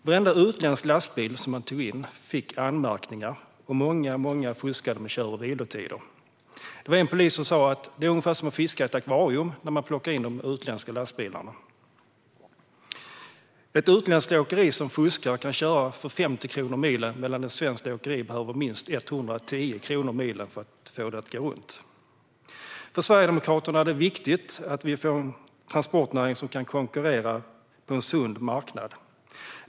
Varenda utländsk lastbil som de tog in fick anmärkningar. Och många fuskade med kör och vilotider. Det var en polis som sa: Det är ungefär som att fiska i ett akvarium när man plockar in de utländska lastbilarna. Ett utländskt åkeri som fuskar kan köra för 50 kronor per mil, medan ett svenskt åkeri behöver minst 110 kronor per mil för att få det att gå runt. För Sverigedemokraterna är det viktigt att vi får en transportnäring som kan konkurrera på en sund marknad.